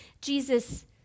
Jesus